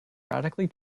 radically